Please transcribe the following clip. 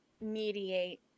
mediate